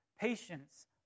patience